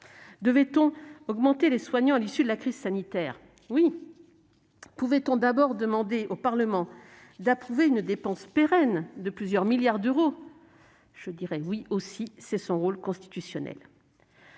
Devait-on augmenter les soignants à l'issue de la crise sanitaire ? Oui ! Pouvait-on au préalable demander au Parlement d'approuver une dépense pérenne de plusieurs milliards d'euros ? Oui également, c'est son rôle constitutionnel.